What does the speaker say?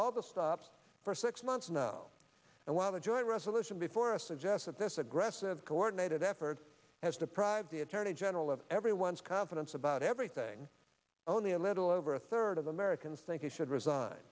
all the stops for six months now and while the joint resolution before a suggested this aggressive coordinated effort has deprived the attorney general of everyone's confidence about everything only a little over a third of americans think he should resign